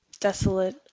desolate